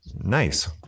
Nice